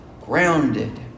Grounded